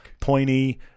pointy